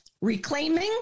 reclaiming